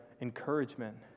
encouragement